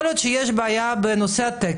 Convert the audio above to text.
ושירותי דת יהודיים): יכול להיות שיש בעיות בנושא הטקס,